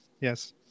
Yes